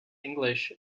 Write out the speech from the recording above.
english